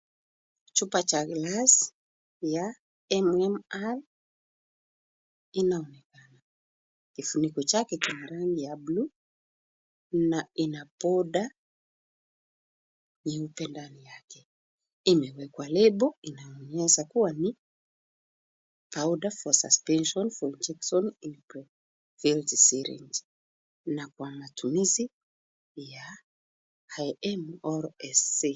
Chupa cha glasi ya MMR, inaonekana. Kifuniko chake kina rangi ya bluu, na ina poda nyeupe ndani yake. Imewekwa lebo inayoonyesha kuwa ni, powder for injection or suspension in pre-filled syringe, . Na kwa matumizi ya IM or SC.